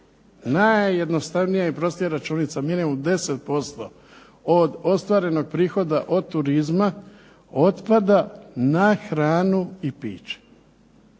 najjednostavnija i prostija računica minimum 10% od ostvarenog prihoda od turizma otpada na hranu i piće.